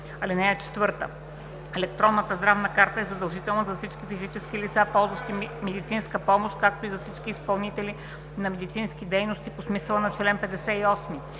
(4) Електронната здравна карта е задължителна за всички физически лица, ползващи медицинска помощ, както и за всички изпълнители на медицински дейности по смисъла на чл.58.